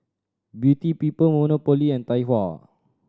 Beauty People Monopoly and Tai Hua